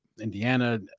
Indiana